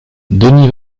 denis